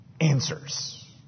answers